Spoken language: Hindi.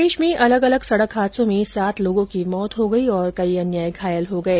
प्रदेश में अलग अलग सडक हादसों में सात लोगों की मौत हो गई और कई अन्य घायल हो गये